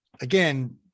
again